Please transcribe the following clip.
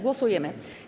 Głosujemy.